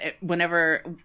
whenever